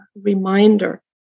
reminder